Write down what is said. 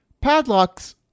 padlocks